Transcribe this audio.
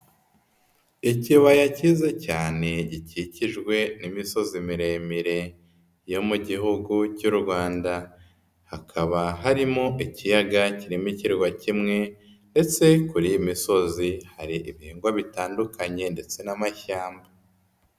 Ikibaya kiza cyane gikikijwe n'imisozi miremire yo mu gihugu cy'u Rwanda, hakaba harimo ikiyaga kirimo ikirwa kimwe ndetse kuri iyi misozi hari ibihingwa bitandukanye ndetse n'amashyamba.